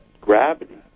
gravity